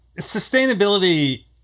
sustainability